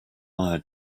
mire